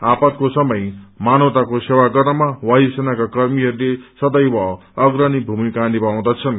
आपादाको समय मानवताको सेवा गर्नमा वायु सेनाका कर्मीहरूले सदैव अग्रणी भूमिका निभाउँदछन्